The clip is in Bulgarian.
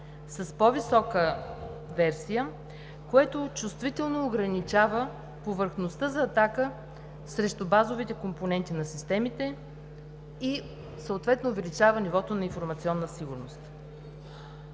с по-висока версия, което чувствително ограничава повърхността за атака срещу базовите компоненти на системите и съответно увеличава нивото на информационна сигурност.